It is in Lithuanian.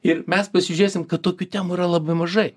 ir mes pasižiūrėsim kad tokių temų yra labai mažai